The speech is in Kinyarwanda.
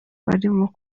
barimo